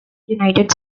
united